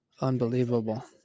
unbelievable